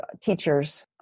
teachers